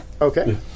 Okay